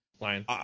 Lion